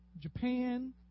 Japan